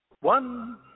one